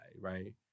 right